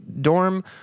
dorm